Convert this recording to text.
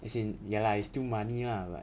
as in ya lah it's still money lah but